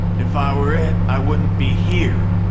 if i were it, i wouldn't be here,